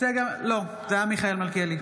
צגה מלקו,